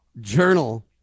Journal